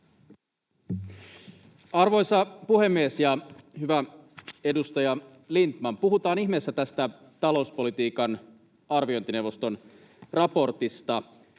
Arvoisa puhemies ja hyvä edustaja Lindtman! Puhutaan ihmeessä tästä talouspolitiikan arviointineuvoston raportista.